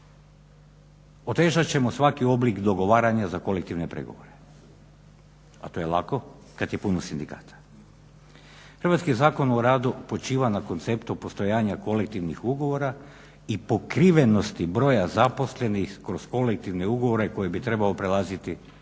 otežat ćemo svaki oblik dogovaranja za kolektivne pregovore. A to je lako kad je puno sindikata. Hrvatski Zakon o radu počiva na konceptu postojanja kolektivnih ugovora i pokrivenosti broja zaposlenih kroz kolektivne ugovore koji bi trebao prelaziti 80%.